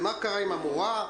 מה קרה עם המורה?